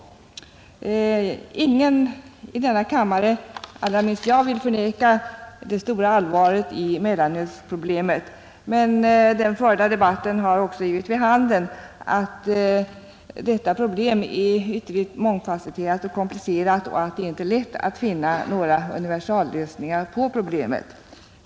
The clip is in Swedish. Ingen här i riksdagen och allra minst jag vill förneka det stora allvaret i mellanölsproblemet. Men den förda debatten har också gett vid handen att detta problem är ytterligt mångfasetterat och komplicerat och att det inte är lätt att finna några universallösningar på problemet.